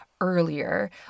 earlier